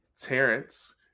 Terrence